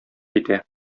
китә